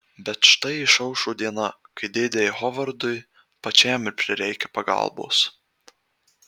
bet štai išaušo diena kai dėdei hovardui pačiam prireikia pagalbos